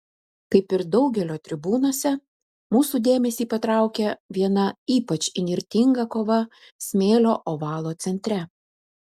kaip ir daugelio tribūnose mūsų dėmesį patraukia viena ypač įnirtinga kova smėlio ovalo centre